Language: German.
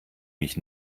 mich